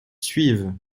suivent